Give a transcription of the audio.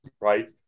right